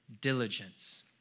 diligence